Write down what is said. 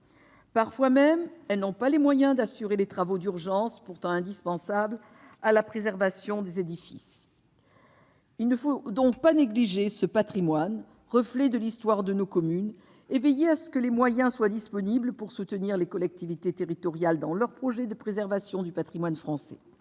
Parfois même, elles n'ont pas les moyens d'assurer les travaux d'urgence, pourtant indispensables à la préservation des édifices. Il ne faut pas négliger ce patrimoine, reflet de l'histoire de nos communes. Veillons à déployer les moyens de soutenir les collectivités territoriales dans leurs projets de préservation du patrimoine français